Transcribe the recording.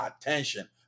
attention